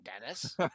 Dennis